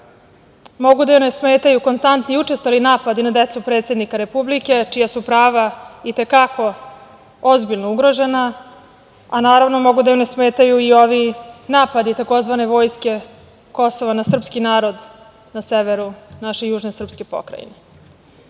mogu da joj ne smetaju konstantni učestali napadi na decu predsednika republike, čija su prava i te kako ozbiljno ugrožena, a naravno mogu da joj ne smetaju i ovi napadi takozvane vojske Kosova na srpski narod na severu naše južne srpske pokrajine. Kada